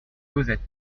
cosette